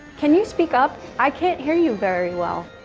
can you speak up? i can't hear you very well